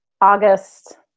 August